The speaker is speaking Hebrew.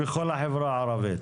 בכל החברה הערבית.